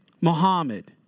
Muhammad